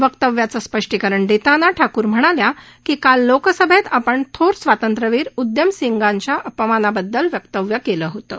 वक्तव्याचं स्पष्टीकरण देताना ठाकर म्हणाल्या की काल लोकसभेत आपण थोर स्वातंत्र्यवीर उधम सिंगांच्या अपमाना बददल वक्तव्य केलं होतं